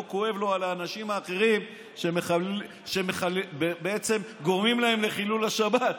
לא כואב לו על האנשים האחרים שבעצם גורמים להם לחילול השבת,